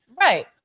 Right